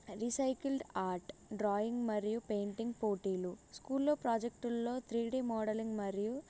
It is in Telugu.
రీసైకిల్డ్ ఆర్ట్ డ్రాయింగ్ మరియు పెయింటింగ్ పోటీలు స్కూల్లో ప్రాజెక్టుల్లో త్రీ డి మోడలింగ్ మరియు